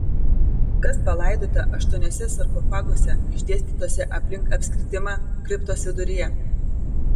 kas palaidota aštuoniuose sarkofaguose išdėstytuose aplink apskritimą kriptos viduryje